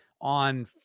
on